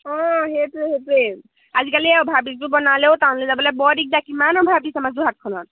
অঁ সেইটোৱে সেইটোৱে আজিকালি আৰু বনালে টাউললৈ যাবলৈ বৰ দিগদাৰ কিমান আৰু আমাৰ যোৰহাটখনত